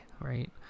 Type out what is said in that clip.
right